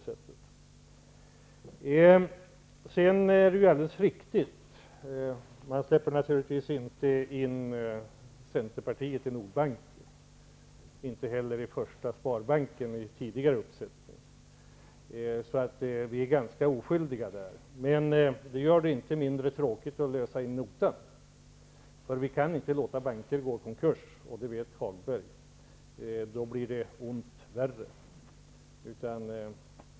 Sedan släpper man naturligtvis inte in Sparbanken i tidigare uppsättning, så vi är ganska oskyldiga i det sammanhanget. Men det gör det inte mindre tråkigt att lösa in notan. Vi kan inte låta banker gå i konkurs, det vet Lars-Ove Hagberg; då blir det ont värre.